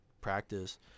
practice